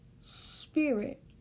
spirit